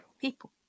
people